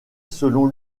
selon